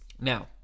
Now